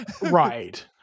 Right